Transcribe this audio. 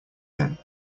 then